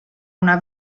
una